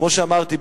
כמו שאמרתי,